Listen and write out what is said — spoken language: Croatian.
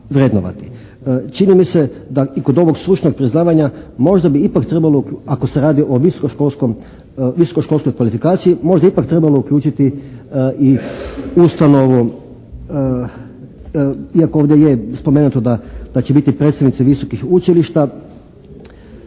Čini mi se da i kod ovog stručnog priznavanja možda bi ipak trebalo, ako se radi o visokoškolskoj kvalifikaciji možda ipak trebalo uključiti i ustanovu iako ovdje je spomenuto da će biti predstavnici visokih učilišta,